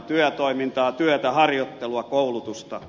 työtoimintaa työtä harjoittelua koulutusta